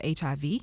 HIV